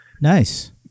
Nice